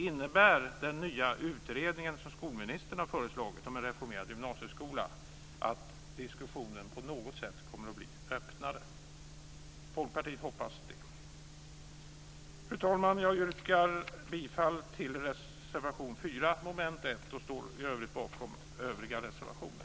Innebär den nya utredning om en reformerad gymnasieskola som skolministern har föreslagit att diskussionen på något sätt kommer att bli öppnare? Folkpartiet hoppas det. Fru talman! Jag yrkar bifall till reservation 4 under mom. 1 och står i övrigt bakom övriga reservationer.